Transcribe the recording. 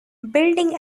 building